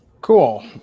cool